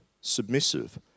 submissive